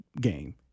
game